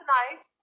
nice